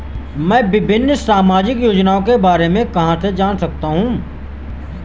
मैं विभिन्न सामाजिक योजनाओं के बारे में कहां से जान सकता हूं?